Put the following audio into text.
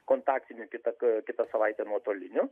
kontaktiniu kitą kitą savaitę nuotoliniu